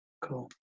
Cool